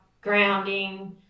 grounding